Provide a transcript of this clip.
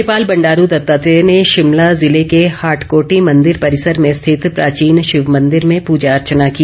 राज्यपाल बंडारू दत्तात्रेय ने ैशिमला जिले के हाटकोटी मंदिर परिसर में स्थित प्राचीन शिवमंदिर में पूजा अर्चना की